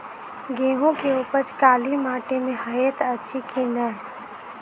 गेंहूँ केँ उपज काली माटि मे हएत अछि की नै?